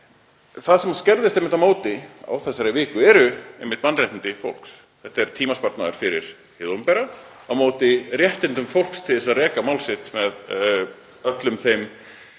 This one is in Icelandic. Það sem skerðist á móti á þessari viku eru einmitt mannréttindi fólks. Þetta er tímasparnaður fyrir hið opinbera á móti réttindum fólks til að reka mál sitt með öllum þeim